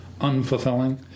unfulfilling